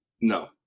No